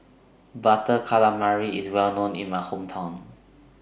Butter Calamari IS Well known in My Hometown